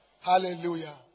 Hallelujah